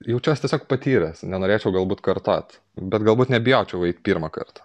jaučiuos tiesiog patyręs nenorėčiau galbūt kartot bet galbūt nebijočiau eit pirmąkart